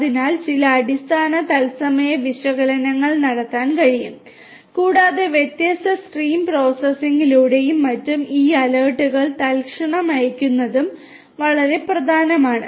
അതിനാൽ ചില അടിസ്ഥാന തത്സമയ വിശകലനങ്ങൾ നടത്താൻ കഴിയും കൂടാതെ വ്യത്യസ്ത സ്ട്രീം പ്രോസസ്സിംഗിലൂടെയും മറ്റും ഈ അലേർട്ടുകൾ തൽക്ഷണം അയയ്ക്കുന്നതും വളരെ പ്രധാനമാണ്